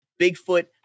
bigfoot